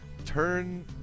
turn